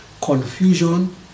confusion